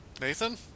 Nathan